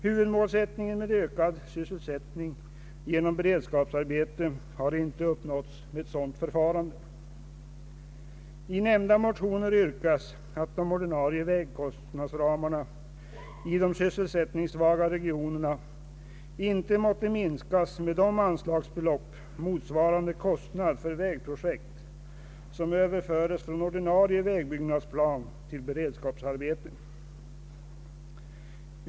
Huvudmålet ökad sysselsättning genom beredskapsarbete har inte uppnåtts med ett sådant förfarande.